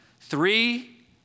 Three